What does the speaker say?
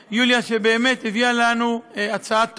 שבאמת הביאה לנו הצעה טובה,